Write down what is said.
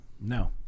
no